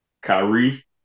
Kyrie